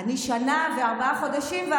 ארבעה חודשים.